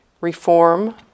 reform